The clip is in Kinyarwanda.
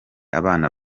abana